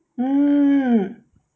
mm